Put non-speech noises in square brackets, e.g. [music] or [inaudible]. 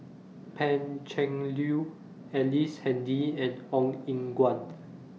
[noise] Pan Cheng Lui Ellice Handy and Ong Eng Guan